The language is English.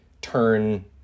turn